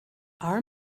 our